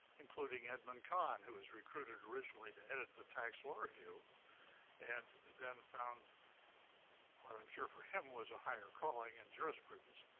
including edmond cahn who was recruited originally to edit the tax law review and then found what i'm sure for him was a higher calling in jurisprudence.